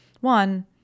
one